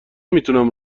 میتونم